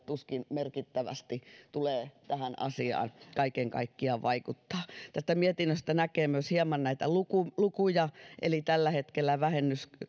tuskin tulee merkittävästi tähän asiaan kaiken kaikkiaan vaikuttamaan tästä mietinnöstä näkee myös hieman näitä lukuja eli vähennyksen